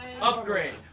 Upgrade